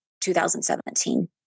2017